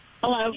Hello